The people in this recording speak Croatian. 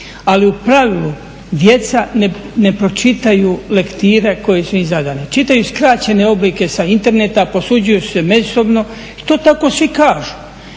ali u pravilu djeca ne pročitaju lektire koje su im zadane. Čitaju skraćene oblike sa interneta, posuđuju si međusobno i to tako svi kažu.